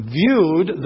viewed